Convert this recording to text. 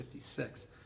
56